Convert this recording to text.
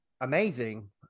amazing